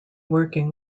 working